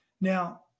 Now